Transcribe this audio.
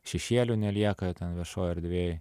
šešėlio nelieka ten viešoj erdvėj